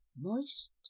moist